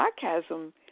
sarcasm